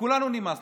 לכולנו נמאס.